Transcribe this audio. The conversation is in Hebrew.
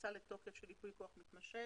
כניסה לתוקף של ייפוי כוח מתמשך.